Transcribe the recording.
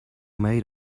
made